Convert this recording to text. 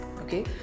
Okay